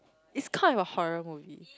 it's kind of a horror movie